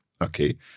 Okay